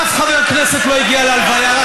אף חבר כנסת לא הגיע להלוויה,